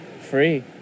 Free